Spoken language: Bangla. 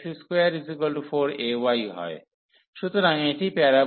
সুতরাং এটি প্যারাবোলার x24ay